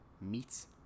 meets